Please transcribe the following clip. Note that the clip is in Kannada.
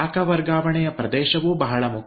ಶಾಖ ವರ್ಗಾವಣೆಯ ಪ್ರದೇಶವೂ ಬಹಳ ಮುಖ್ಯ